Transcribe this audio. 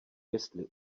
jestli